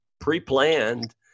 pre-planned